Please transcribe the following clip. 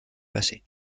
passé